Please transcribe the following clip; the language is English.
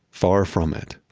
far from it.